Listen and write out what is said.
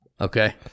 Okay